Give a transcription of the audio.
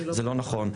זה לא נכון.